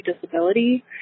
disability